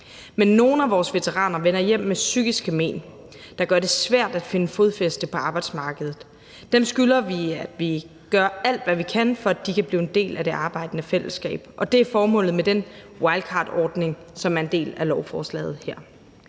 Men nogle af vores veteraner vender hjem med psykiske men, der gør det svært at finde fodfæste på arbejdsmarkedet. Dem skylder vi at gøre alt, hvad vi kan, for at de kan blive en del af det arbejdende fællesskab, og det er formålet med den wildcardordning, som er en del af lovforslaget her.